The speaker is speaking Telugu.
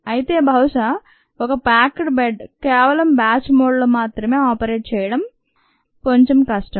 అయితే బహుశా ఒక ప్యాక్డ్ బెడ్ కేవలం బ్యాచ్ మోడ్ లో మాత్రమే ఆపరేట్ చేయడం కొంచెం కష్టం